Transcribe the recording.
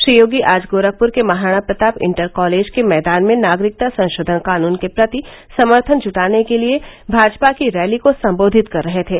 श्री योगी आज गोरखपुर के Maharana Pratap inter college के मैदान में नागरिकता संशोधन कानुन के प्रति समर्थन जुटाने के लिए भाजपा की रैली को संबोधित कर रहे थे